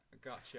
gotcha